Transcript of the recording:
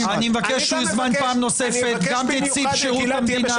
אני מבקש שיוזמן פעם נוספת גם נציב שירות המדינה,